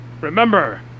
Remember